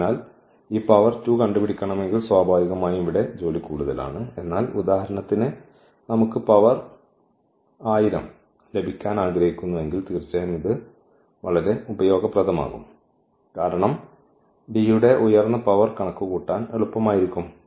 അതിനാൽ ഈ പവർ 2 കണ്ടുപിടിക്കണമെങ്കിൽ സ്വാഭാവികമായും ഇവിടെ ജോലി കൂടുതലാണ് എന്നാൽ ഉദാഹരണത്തിന് നമുക്ക് പവർ 1000 ലഭിക്കാൻ ആഗ്രഹിക്കുന്നുവെങ്കിൽ തീർച്ചയായും ഇത് വളരെ ഉപയോഗപ്രദമാകും കാരണം D യുടെ ഉയർന്ന പവർ കണക്കുകൂട്ടാൻ എളുപ്പമായിരിക്കും